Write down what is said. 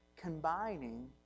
Combining